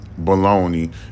baloney